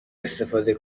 استفاده